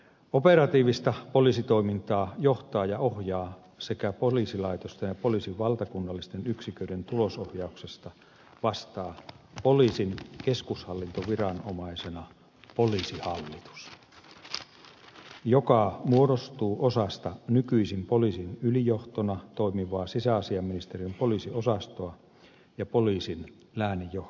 operatiivista poliisitoimintaa johtaa ja ohjaa sekä poliisilaitosten ja poliisin valtakunnallisten yksiköiden tulosohjauksesta vastaa poliisin keskushallintoviranomaisena poliisihallitus joka muodostuu osasta nykyisin poliisin ylijohtona toimivaa sisäasiainministeriön poliisiosastoa sekä poliisin lääninjohdosta